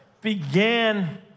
began